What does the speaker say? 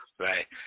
right